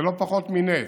זה לא פחות מנס.